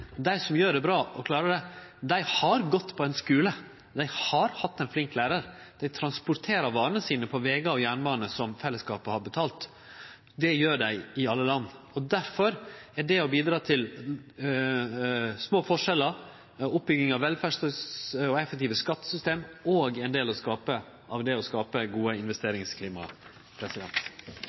Dei som gjer det bra og klarar det, har gått på ein skule. Dei har hatt ein flink lærar. Dei transporterer varane sine på vegar og jernbane som fellesskapet har betalt. Det gjer dei i alle land. Difor er det å bidra til små forskjellar og oppbygging av velferd og effektive skattesystem òg ein del av det å skape gode